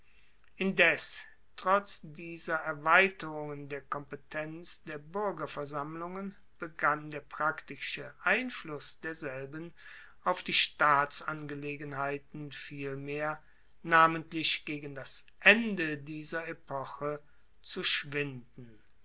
indes trotz dieser erweiterungen der kompetenz der buergerversammlungen begann der praktische einfluss derselben auf die staatsangelegenheiten vielmehr namentlich gegen das ende dieser epoche zu schwinden